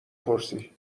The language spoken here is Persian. پرسی